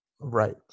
Right